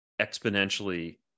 exponentially